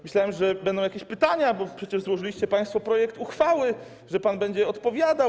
Myślałem, że będą jakieś pytania, bo przecież złożyliście państwo projekt uchwały, że pan będzie odpowiadał.